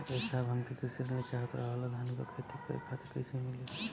ए साहब हमके कृषि ऋण चाहत रहल ह धान क खेती करे खातिर कईसे मीली?